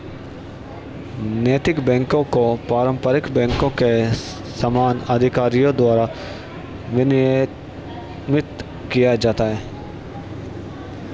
नैतिक बैकों को पारंपरिक बैंकों के समान अधिकारियों द्वारा विनियमित किया जाता है